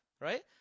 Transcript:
right